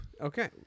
Okay